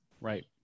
Right